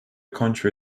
country